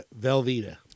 Velveeta